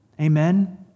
Amen